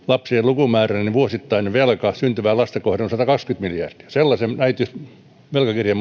lapsien lukumäärällä niin vuosittainen velka syntyvää lasta kohden on sadannenkahdennenkymmenennentuhannennen sellainen velkakirja